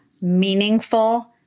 meaningful